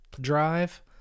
drive